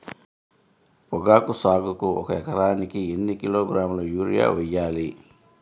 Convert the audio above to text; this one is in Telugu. పొగాకు సాగుకు ఒక ఎకరానికి ఎన్ని కిలోగ్రాముల యూరియా వేయాలి?